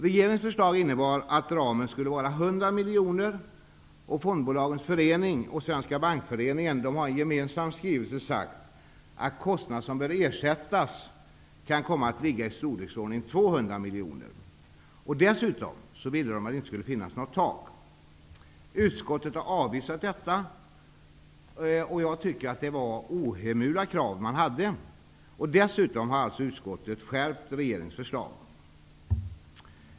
Regeringens förslag innebar att ramen skulle vara 100 miljoner, och Fondbolagens förening och Svenska bankföreningen har i en gemensam skrivelse sagt att kostnader som bör ersättas ''kan komma att ligga i storleksordningen 200 miljoner''. Dessutom ville de att det inte skulle finnas något tak. Utskottet har avvisat dessa, som jag tycker, ohemula krav. Dessutom har utskottet skärpt regeringens förslag.